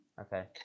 Okay